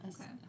okay